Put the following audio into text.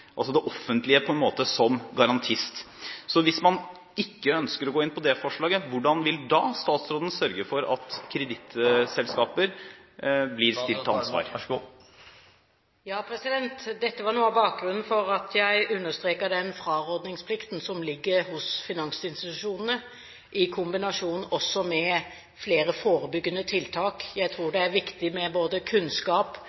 altså det offentlige på en måte som garantist. Hvis man ikke ønsker å gå inn på det forslaget, hvordan vil statsråden da sørge for at kredittkortselskaper blir stilt til ansvar? Dette er noe av bakgrunnen for at jeg understreket den frarådningsplikten som ligger hos finansinstitusjonene, i kombinasjon også med flere forebyggende tiltak. Jeg tror